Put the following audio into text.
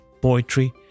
poetry